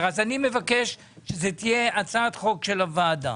אני מבקש שזאת תהיה הצעת חוק של הוועדה